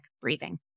breathing